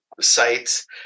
sites